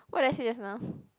what did I say just now